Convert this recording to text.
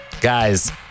guys